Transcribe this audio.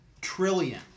trillion